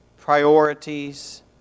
priorities